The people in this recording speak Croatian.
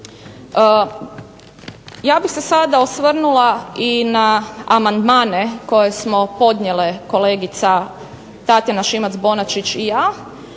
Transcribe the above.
Ja bih se sada osvrnula i na amandmane koje smo podnijele kolegica Tatjana Šimac-Bonačić i ja,